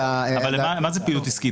אתה --- אבל מה זה פעילות עסקית?